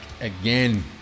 again